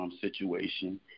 situation